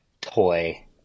toy